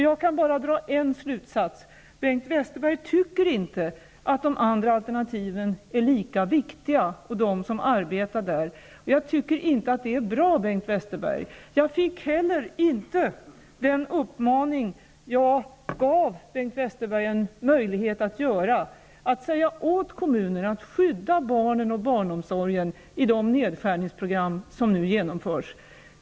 Jag kan bara dra en slut sats: Bengt Westerberg tycker inte att de andra al ternativen och de som arbetar där är lika viktiga. Det är inte bra. Bengt Westerberg gav inte heller den uppmaning som jag gav honom möjlighet att ge, dvs. att säga åt kommunerna att skydda barnen och barnom sorgen i de nedskärningsprogram som nu genom förs.